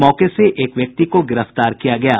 मौके से एक व्यक्ति को गिरफ्तार किया गया है